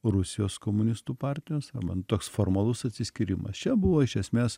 rusijos komunistų partijos man toks formalus atsiskyrimas čia buvo iš esmės